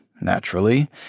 naturally